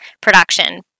production